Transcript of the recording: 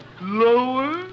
Lower